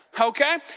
okay